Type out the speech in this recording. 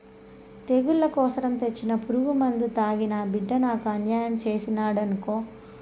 తెగుళ్ల కోసరం తెచ్చిన పురుగుమందు తాగి నా బిడ్డ నాకు అన్యాయం చేసినాడనుకో